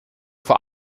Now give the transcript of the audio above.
vor